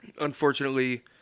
Unfortunately